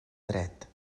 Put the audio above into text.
dret